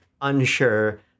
unsure